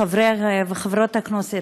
חברי וחברות הכנסת,